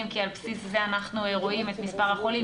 כי על בסיס זה אנחנו רואים את מספר החולים,